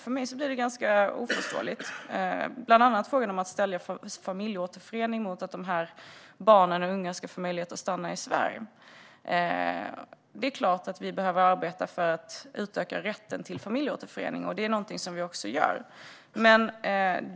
För mig blir det ganska oförståeligt, bland annat när Fredrik Malm ställer familjeåterförening mot att dessa barn och unga ska få möjlighet att stanna i Sverige. Det är klart att vi behöver arbeta för att utöka rätten till familjeåterförening, och det är också någonting som vi gör.